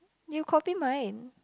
you copy mine